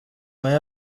nyuma